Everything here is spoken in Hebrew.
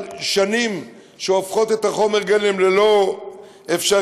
שנים שהופכות את חומר הגלם ללא אפשרי,